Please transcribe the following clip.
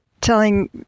telling